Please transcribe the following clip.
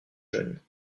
jeune